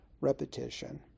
repetition